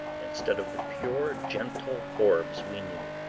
instead of the pure, gentle orbs we knew.